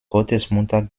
gottesmutter